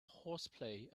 horseplay